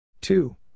Two